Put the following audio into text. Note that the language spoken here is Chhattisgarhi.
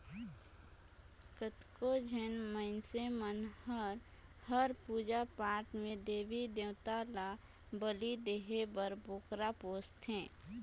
कतको झिन मइनसे मन हर पूजा पाठ में देवी देवता ल बली देय बर बोकरा पोसथे